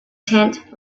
tent